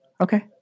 Okay